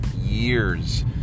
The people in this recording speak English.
years